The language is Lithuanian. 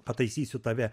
pataisysiu tave